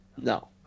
No